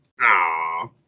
Aw